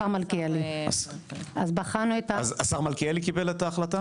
השר מלכיאלי קיבל את ההחלטה?